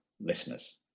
listeners